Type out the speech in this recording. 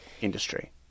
industry